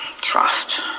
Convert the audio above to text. trust